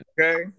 okay